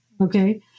okay